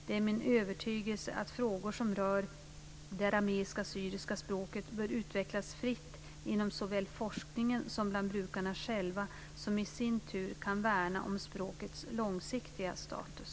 Det är min övertygelse att frågor som rör det arameiska/syriska språket bör utvecklas fritt inom såväl forskningen som bland brukarna själva, som i sin tur kan värna om språkets långsiktiga status.